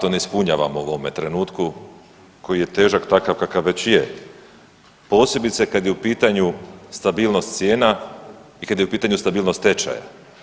ispunjavamo u ovome trenutku koji je težak takav kakav već je posebice kada je u pitanju stabilnost cijena i kada je u pitanju stabilnost tečaja.